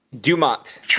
Dumont